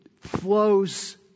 flows